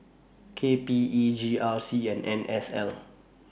K P E G R C and N S L